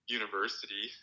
university